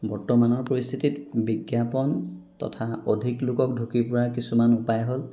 বৰ্তমানৰ পৰিস্থিতিত বিজ্ঞাপন তথা অধিক লোকক ঢুকি পোৱাৰ কিছুমান উপায় হ'ল